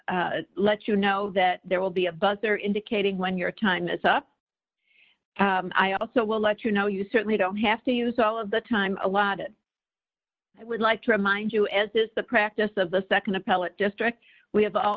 kaplan let you know that there will be a bus there indicating when your time is up i also will let you know you certainly don't have to use all of the time allotted i would like to remind you as is the practice of the nd appellate district we have all